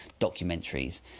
documentaries